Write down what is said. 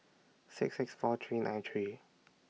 six six four three nine three